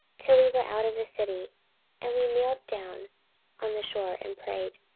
till we were out of the city and we kneeled down on the shore, and prayed.